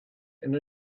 and